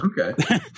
Okay